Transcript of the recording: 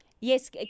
Yes